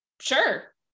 sure